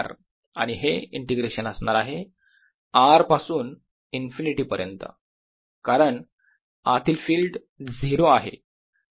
आणि हे इंटिग्रेशन असणार आहे R पासून इनफिनिटी पर्यंत कारण आतील फिल्ड 0 आहे